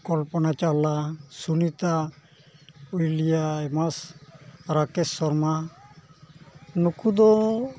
ᱠᱚᱞᱯᱚᱱᱟ Chawla Sunita Williams Rakesh Sharma ᱱᱩᱠᱩ ᱫᱚ